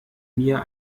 mir